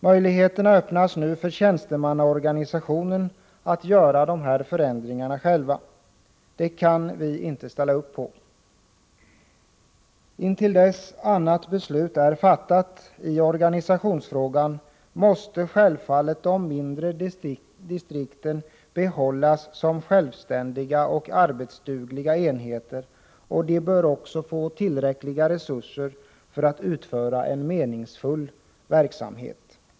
Möjligheterna öppnas nu för tjänstemannaorganisationen att själv göra de förändringar som föreslagits. Det kan vi inte ställa upp på. Intill dess annat beslut är fattat i organisationsfrågan måste självfallet de mindre distrikten behållas som självständiga och arbetsdugliga enheter, och de bör också få tillräckliga resurser för att bedriva en meningsfull verksamhet.